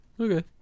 okay